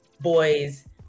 boys